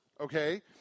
okay